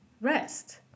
rest